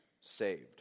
saved